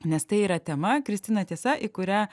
nes tai yra tema kristina tiesa į kurią